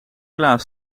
klaar